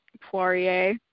Poirier